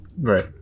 Right